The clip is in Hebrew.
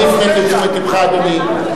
אני הפניתי את תשומת לבך, אדוני.